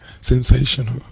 Sensational